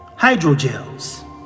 hydrogels